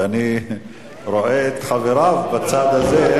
ואני רואה את חבריו בצד הזה,